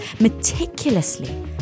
meticulously